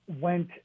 went